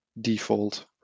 default